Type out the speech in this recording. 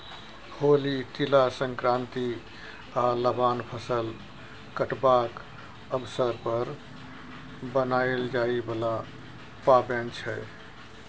होली, तिला संक्रांति आ लबान फसल कटबाक अबसर पर मनाएल जाइ बला पाबैन छै